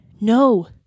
No